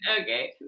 okay